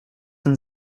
den